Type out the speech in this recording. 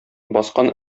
баскан